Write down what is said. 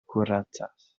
kuracas